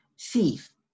Thief